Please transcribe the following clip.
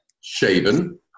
Shaven